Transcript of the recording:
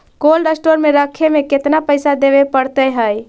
Cold store में रखे में केतना पैसा देवे पड़तै है?